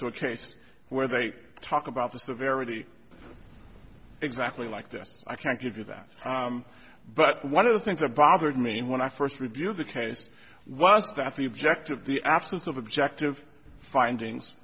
to a case where they talk about the severity exactly like this i can't give you that but one of the things that bothered me when i first review the case was that the object of the absence of objective findings